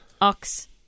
Ox